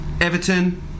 Everton